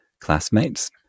classmates